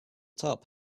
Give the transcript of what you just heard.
top